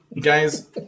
Guys